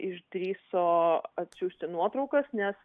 išdrįso atsiųsti nuotraukas nes